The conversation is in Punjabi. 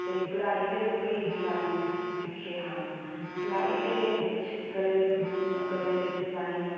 ਅਤੇ ਕਢਾਈ ਦੇ ਕਈ ਡਿਜ਼ਾਈਨ ਸਿੱਖੇ ਹਨ ਸਿਲਾਈ ਦੇ ਵਿੱਚ ਗਲੇ ਬਣ ਗਲੇ ਦੇ ਡਿਜ਼ਾਈਨ